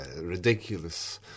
ridiculous